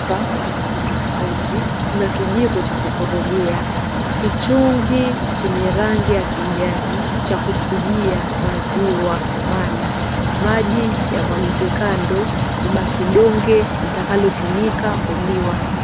Hapa kuna vitu tofauti. Kuna kijiko cha kukorogea, kichungi chenye rangi ya kijani cha kuchujia maziwa mala, maji yamwagike kando kubaki donge litakalotumika kuliwa.